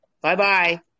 Bye-bye